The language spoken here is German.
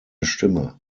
stimme